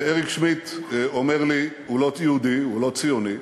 ואריק שמידט אומר לי, הוא לא יהודי, הוא לא ציוני,